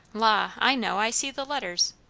la, i know, i see the letters.